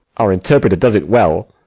our interpreter does it well.